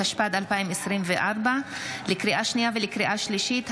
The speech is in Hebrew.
התשפ"ד 2024. לקריאה שנייה ולקריאה שלישית: